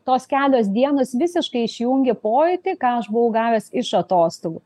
tos kelios dienos visiškai išjungia pojūtį ką aš buvau gavęs iš atostogų